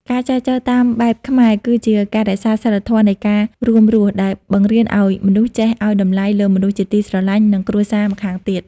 ការចែចូវតាមបែបខ្មែរ គឺជាការរក្សា "សីលធម៌នៃការរួមរស់" ដែលបង្រៀនឱ្យមនុស្សចេះឱ្យតម្លៃលើមនុស្សជាទីស្រឡាញ់ និងគ្រួសារម្ខាងទៀត។